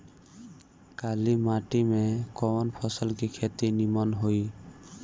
काली माटी में कवन फसल के खेती नीमन होई?